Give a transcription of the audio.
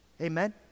Amen